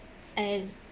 as